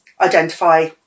identify